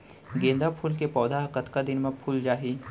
गेंदा फूल के पौधा कतका दिन मा फुल जाही?